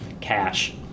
cash